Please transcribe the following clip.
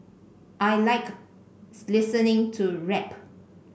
I like listening to rap